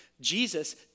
Jesus